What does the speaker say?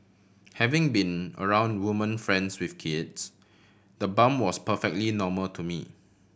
having been around woman friends with kids the bump was perfectly normal to me